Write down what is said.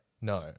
No